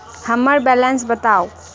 हम्मर बैलेंस बताऊ